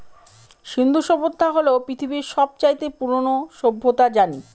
সিন্ধু সভ্যতা হল পৃথিবীর সব চাইতে পুরোনো সভ্যতা জানি